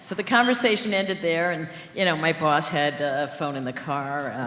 so the conversation ended there, and you know, my boss had a phone in the car, ah,